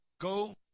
go